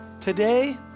Today